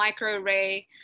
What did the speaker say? microarray